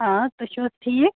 آ تُہۍ چھِو حظ ٹھیٖک